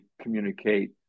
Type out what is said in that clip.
communicate